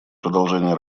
продолжение